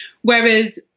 Whereas